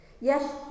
Yes